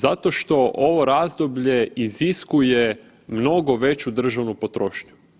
Zato što ovo razdoblje iziskuje mnogo veću državnu potrošnju.